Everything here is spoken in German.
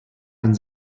einen